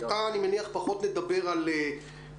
איתך אני מניח פחות נדבר על בחינות